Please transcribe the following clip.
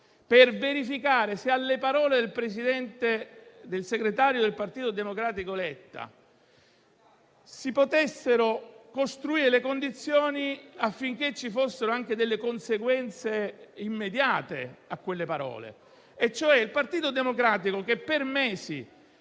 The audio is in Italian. per verificare se sulle parole del segretario del Partito Democratico Letta si potessero costruire le condizioni affinché ne potessero scaturire delle conseguenze immediate. E parlo di quel Partito Democratico che, per mesi,